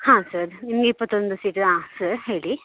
ಹಾಂ ಸರ್ ನಿಮಗೆ ಇಪ್ಪತ್ತೊಂದು ಸೀಟ್ ಹಾಂ ಸರ್ ಹೇಳಿ